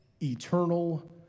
eternal